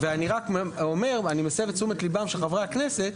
ואני רק מסב את תשומת ליבם של חברי הכנסת,